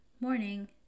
Morning